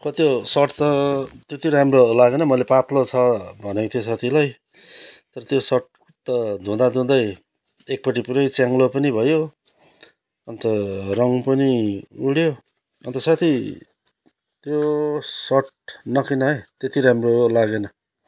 औ त्यो सर्ट त त्यति राम्रो लागेन मैले पात्लो छ भनेको थिएँ साथीलाई तर त्यो सर्ट त धुँदाधुँदै एकपट्टि पुरै च्याङ्लो पनि भयो अन्त रङ पनि उड्यो अन्त साथी त्यो सर्ट नकिन है त्यति राम्रो लागेन